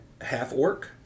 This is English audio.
half-orc